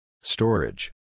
Storage